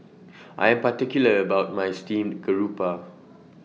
I Am particular about My Steamed Garoupa